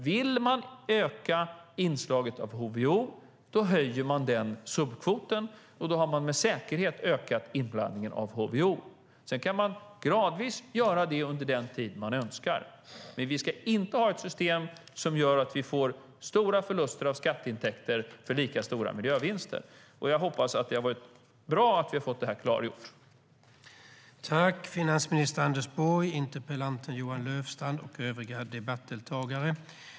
Vill man öka inslaget av HVO höjer man subkvoten, och då har man med säkerhet ökat inblandningen av HVO. Man kan göra det gradvis under den tid man önskar. Men vi ska inte ha ett system som gör att vi får stora förluster av skatteintäkter för lika stora miljövinster. Jag tycker att det är bra att vi har fått detta klargjort.